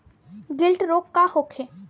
गिल्टी रोग का होखे?